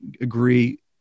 agree